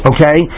Okay